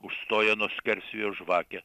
užstoja nuo skersvėjo žvakę